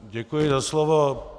Děkuji za slovo.